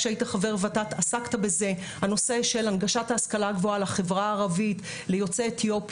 בגלל שהמסגרת שנתנה להם את הכלים,